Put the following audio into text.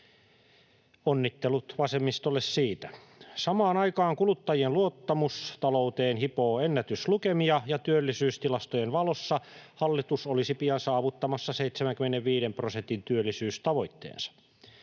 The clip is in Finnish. onnittelut vasemmistolle siitä. Samaan aikaan kuluttajien luottamus talouteen hipoo ennätyslukemia ja työllisyystilastojen valossa hallitus olisi pian saavuttamassa 75 prosentin työllisyystavoitteensa.